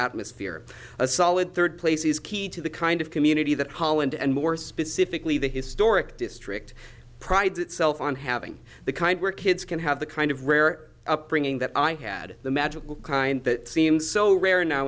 atmosphere a solid third place is key to the kind of community that holland and more specifically the historic district prides itself on having the kind where kids can have the kind of rare upbringing that i had the magical kind that seemed so rare now